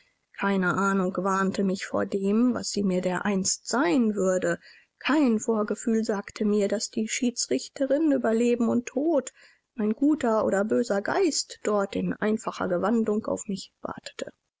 keine ahnung warnte mich vor dem was sie mir dereinst sein würde kein vorgefühl sagte mir daß die schiedsrichterin über leben und tod mein guter oder böser geist dort in einfacher gewandung auf mich warte